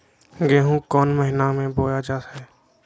गेहूँ कौन महीना में बोया जा हाय?